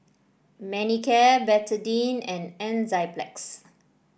Manicare Betadine and Enzyplex